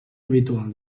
habitual